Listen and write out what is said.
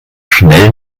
schnell